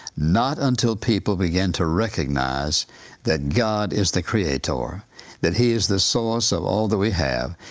not until people begin to recognize that god is the creator, that he is the source of all that we have,